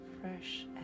fresh